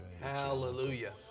Hallelujah